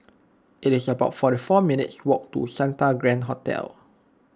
it is about forty four minutes' walk to Santa Grand Hotel